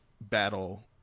battle